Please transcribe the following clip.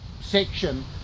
section